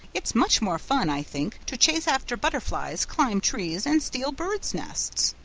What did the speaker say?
it's much more fun, i think, to chase after butterflies, climb trees, and steal birds' nests.